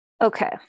Okay